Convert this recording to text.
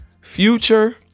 Future